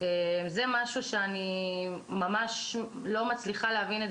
זה משהו שאני ממש לא מצליחה להבין.